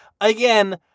Again